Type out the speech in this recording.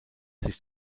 sich